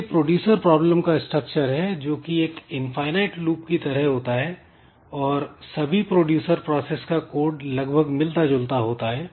यह producer problem का structure है जो कि एक इनफाईनाइट लूप की तरह होता है और सभी प्रोड्यूसर प्रोसेस का कोड लगभग मिलता जुलता होता है